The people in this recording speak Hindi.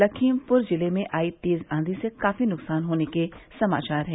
लखीमपुर जिले में आई तेज आंधी से काफी नुकसान के होने के समाचार है